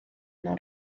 mewn